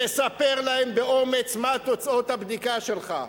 תספר להם באומץ מה תוצאות הבדיקה שלך.